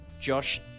Josh